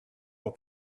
pour